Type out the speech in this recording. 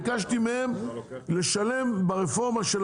מורי דרך ושחקנים הם לקחו על